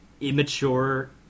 immature